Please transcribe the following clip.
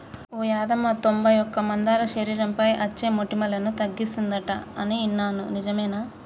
ఓ యాదమ్మ తొంబై ఒక్క మందార శరీరంపై అచ్చే మోటుములను తగ్గిస్తుందంట అని ఇన్నాను నిజమేనా